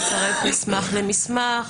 לצרף מסמך למסמך,